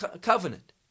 Covenant